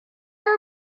are